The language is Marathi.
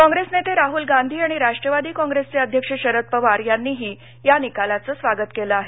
कॉप्रेस नेते राहूल गांधी आणि राष्ट्रवादी कॉप्रेसचे अध्यक्ष शरद पवार यांनीही या निकालाचं स्वागत केलं आहे